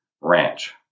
ranch